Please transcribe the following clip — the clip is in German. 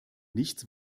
nichts